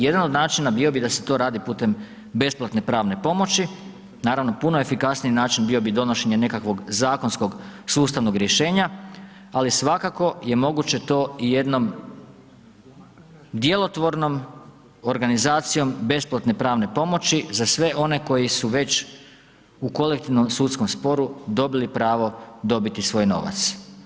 Jedan od načina bio bi da se to radi putem besplatne platne pomoći, naravno puno efikasniji način bio bi donošenje nekakvog zakonskog sustavnog rješenja, ali svakako je moguće to jednom djelotvornom organizacijom besplatne pravne pomoći za sve one koji su već u kolektivnom sudskom sporu dobili pravo dobiti svoj novac.